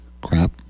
crap